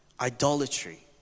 idolatry